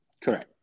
Correct